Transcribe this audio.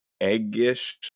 egg-ish